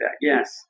yes